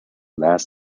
last